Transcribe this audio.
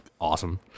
awesome